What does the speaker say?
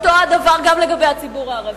אותו הדבר גם לגבי הציבור הערבי.